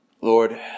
Lord